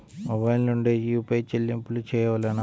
Mobile నుండే UPI చెల్లింపులు చేయవలెనా?